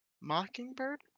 Mockingbird